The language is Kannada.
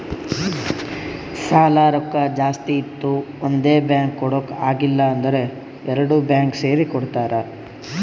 ಸಾಲಾ ರೊಕ್ಕಾ ಜಾಸ್ತಿ ಇತ್ತು ಒಂದೇ ಬ್ಯಾಂಕ್ಗ್ ಕೊಡಾಕ್ ಆಗಿಲ್ಲಾ ಅಂದುರ್ ಎರಡು ಬ್ಯಾಂಕ್ ಸೇರಿ ಕೊಡ್ತಾರ